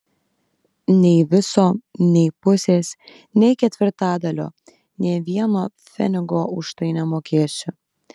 nei viso nei pusės nei ketvirtadalio nė vieno pfenigo už tai nemokėsiu